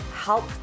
help